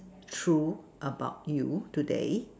true about you today